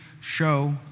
show